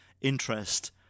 interest